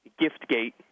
Giftgate